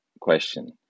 question